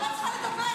אני לא צריכה לדבר,